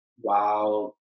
Wow